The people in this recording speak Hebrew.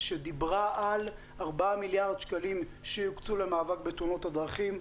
שדיברה על 4 מיליארד שקלים שיוקצו למאבק בתאונות הדרכים,